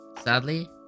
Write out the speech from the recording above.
sadly